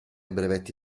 brevetti